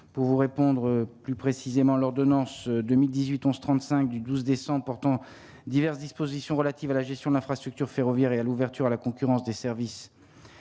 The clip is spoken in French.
pour vous répondre plus précisément l'ordonnance de 1018 11 35 du 12 décembre portant diverses dispositions relatives à la gestion de l'infrastructure ferroviaire et à l'ouverture à la concurrence des services.